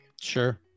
Sure